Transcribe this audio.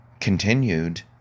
continued